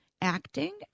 acting